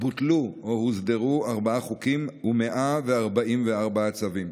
בוטלו או הוסדרו ארבעה חוקים ו-144 צווים.